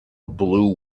blue